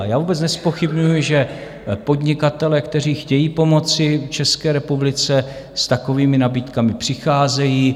Já vůbec nezpochybňuji, že podnikatelé, kteří chtějí pomoci České republice, s takovými nabídkami přicházejí.